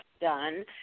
done